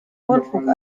unfug